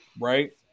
Right